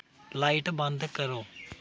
light बंद करो